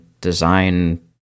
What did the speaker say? design